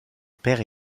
père